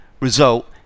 result